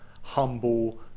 humble